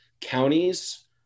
counties